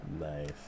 Nice